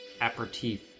aperitif